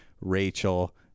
Rachel